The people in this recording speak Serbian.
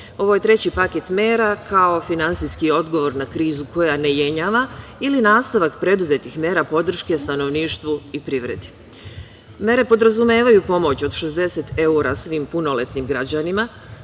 19.Ovo je treći paket mera kao finansijski odgovor na krizu koja ne jenjava ili nastavak preduzetih mera podrške stanovništvu i privredi. Mere podrazumevaju pomoć od 60 evra svim punoletnim građanima